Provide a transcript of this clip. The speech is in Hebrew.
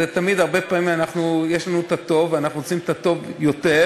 זה תמיד הרבה פעמים יש לנו את הטוב ואנחנו רוצים את הטוב יותר,